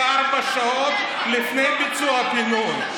24 שעות לפני ביצוע הפינוי.